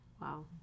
Wow